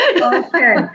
Okay